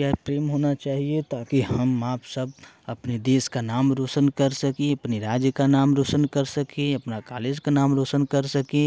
प्रेम होना चाहिए ताकि हम आप सब अपने देश का नाम रौशन कर सके अपने राज्य का नाम रौशन कर सके अपना कॉलेज का नाम रौशन कर सके